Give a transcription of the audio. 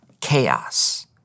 chaos